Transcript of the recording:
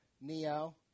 Neo